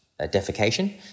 defecation